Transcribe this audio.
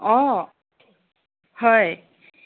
অঁ হয়